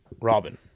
Robin